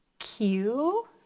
q